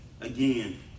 again